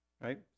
right